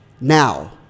Now